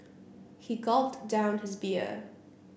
he gulped down his beer